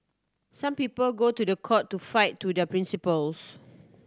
some people go to the court to fight to their principles